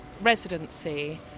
residency